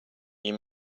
you